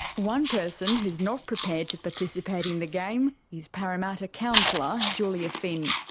one person who's not prepared to participate in the game is parramatta councillor julia finn.